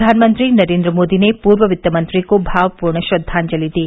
प्रवानमंत्री नरेन्द्र मोदी ने पूर्व वित्तमंत्री को भावपूर्ण श्रद्वांजलि दी